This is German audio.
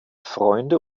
freunde